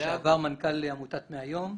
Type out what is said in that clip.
לשעבר מנכ"ל עמותת מהיום.